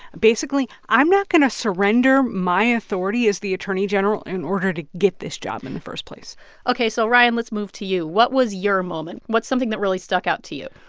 basically, i'm not going to surrender my authority as the attorney general in order to get this job in the first place ok. so, ryan, let's move to you. what was your moment? what's something that really stuck out to you?